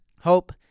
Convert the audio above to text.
Hope